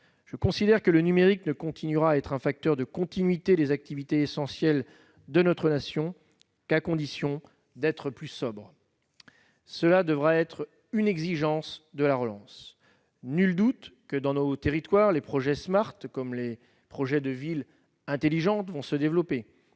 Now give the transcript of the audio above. Je considère que le numérique ne continuera à être un facteur de continuité des activités essentielles de notre nation qu'à condition d'être plus sobre. Cela devra être une exigence de la relance. Il ne fait pas de doute que, dans nos territoires, les projets «», comme les projets de ville intelligente, vont se développer.